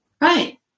right